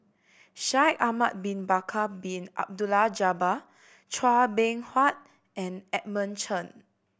Shaikh Ahmad Bin Bakar Bin Abdullah Jabbar Chua Beng Huat and Edmund Chen